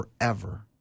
forever